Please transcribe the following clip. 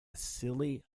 silly